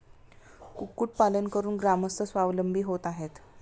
कुक्कुटपालन करून ग्रामस्थ स्वावलंबी होत आहेत